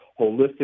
holistic